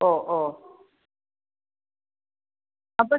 ഓ ഓ അപ്പം